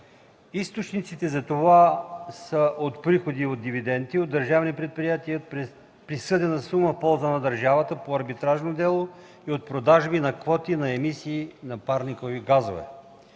Източниците за това са от приходи от дивиденти от държавни предприятия, от присъдена сума в полза на държавата по арбитражно дело и от продажби на квоти на емисии на парникови газове.